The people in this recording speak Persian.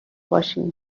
باشین